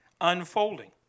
unfolding